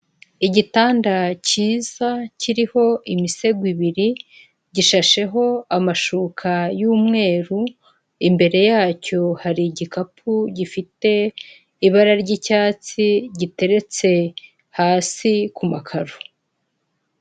Igitanda cyiza kiriho imisego ibiri, gishasheho amashuka y'umweru imbere yacyo hari igikapu gifite ibara ry'icyatsi giteretse hasi ku makaro.